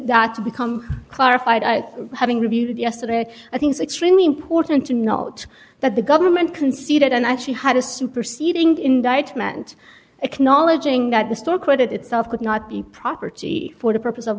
that to become clarified having reviewed yesterday i think extremely important to note that the government conceded and i actually had a superseding indictment acknowledging that the store credit itself could not be property for the purpose of